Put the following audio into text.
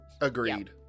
Agreed